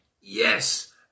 Yes